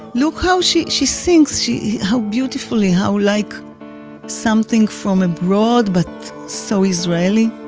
look how she she sings she, how beautifully, how like something from abroad, but so israeli.